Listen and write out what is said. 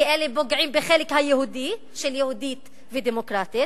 כי אלה פוגעים בחלק היהודי של "יהודית ודמוקרטית",